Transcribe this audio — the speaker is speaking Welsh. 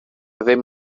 ddim